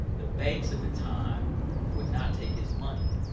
the banks at the time would not take his money.